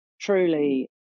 truly